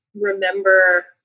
remember